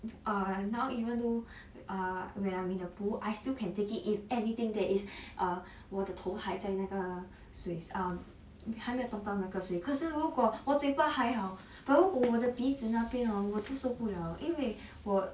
err now even though err when I'm in the pool I still can take it if anything that is err 我的头还在那个水 um 还没有动到那个水可是如果我嘴巴还好 but 如果我的鼻子那边 hor 我就受不了因为我